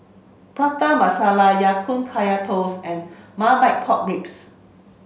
Prata Masala Ya Kun Kaya Toast and Marmite Pork Ribs